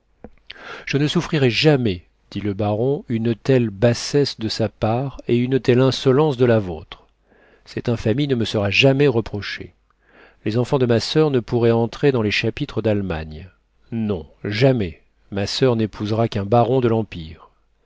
je ne souffrirai jamais dit le baron une telle bassesse de sa part et une telle insolence de la vôtre cette infamie ne me sera jamais reprochée les enfants de ma soeur ne pourraient entrer dans les chapitres d'allemagne non jamais ma soeur n'épousera qu'un baron de l'empire